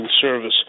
service